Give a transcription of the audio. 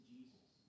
Jesus